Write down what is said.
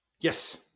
Yes